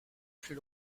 plus